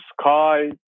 sky